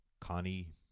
Connie